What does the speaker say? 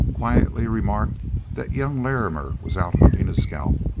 quietly remarked that young larrimer was out hunting a scalp,